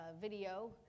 video